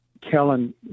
Kellen